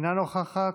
אינה נוכחת,